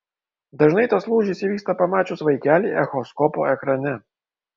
dažnai tas lūžis įvyksta pamačius vaikelį echoskopo ekrane